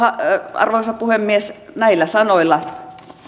arvoisa puhemies näillä sanoilla